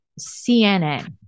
CNN